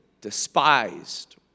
despised